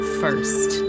first